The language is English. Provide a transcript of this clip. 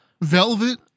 Velvet